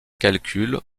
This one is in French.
calculs